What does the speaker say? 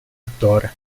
attore